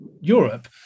Europe